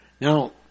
Now